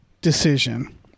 decision